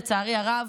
לצערי הרב,